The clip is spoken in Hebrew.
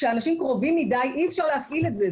כשאנשים קרובים מדי אי אפשר להפעיל את זה,